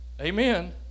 Amen